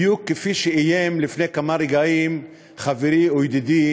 בדיוק כפי שאיים לפני כמה רגעים חברי וידידי